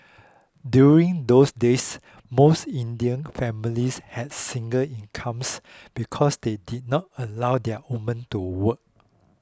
during those days most Indian families has single incomes because they did not allow their women to work